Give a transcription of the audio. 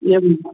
एवं